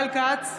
ישראל כץ,